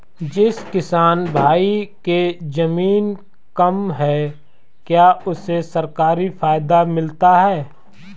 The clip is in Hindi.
जिस किसान भाई के ज़मीन कम है क्या उसे सरकारी फायदा मिलता है?